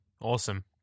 awesome